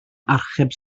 archeb